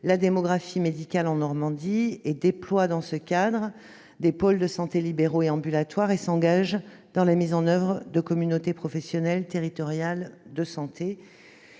la démographie médicale en Normandie, déploie dans ce cadre des pôles de santé libéraux et ambulatoires et s'engage dans la mise en oeuvre de communautés professionnelles territoriales de santé,